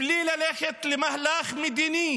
בלי ללכת למהלך מדיני